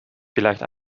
vielleicht